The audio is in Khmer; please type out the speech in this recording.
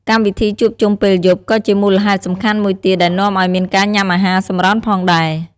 កម្មវិធីជួបជុំពេលយប់ ក៏ជាមូលហេតុសំខាន់មួយទៀតដែលនាំឱ្យមានការញ៉ាំអាហារសម្រន់ផងដែរ។